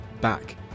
back